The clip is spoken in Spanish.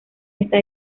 esta